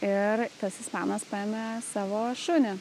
ir tas ispanas paėmė savo šunį